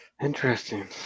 interesting